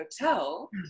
hotel